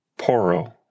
poro